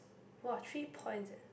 !wah! three points sia